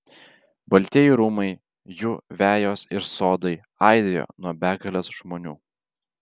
baltieji rūmai jų vejos ir sodai aidėjo nuo begalės žmonių